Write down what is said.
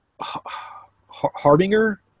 harbinger